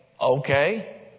Okay